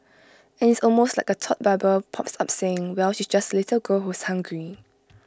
and it's almost like A thought bubble pops up saying eell she's just A little girl who's hungry